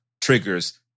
triggers